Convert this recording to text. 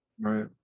Right